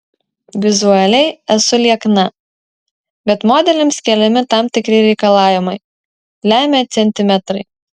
vizualiai esu liekna bet modeliams keliami tam tikri reikalavimai lemia centimetrai